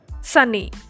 Sunny